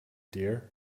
dear